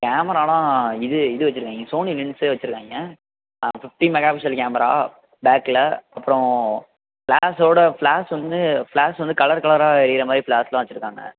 camera எல்லாம் இது இது வச்சுருக்காய்ங்க சோனி வின்ஸே வச்சுருக்காய்ங்க ஆ ஃபிஃப்டி மெகா பிக்ஸல் கேமரா பேக்கில் அப்புறம் ஃப்ளாஷோட ஃப்ளாஷ் வந்து ஃபிளாஷ் வந்து கலர் கலராக எரியிறமாதிரி ஃப்ளாஷ் எல்லாம் வச்சுருக்காங்க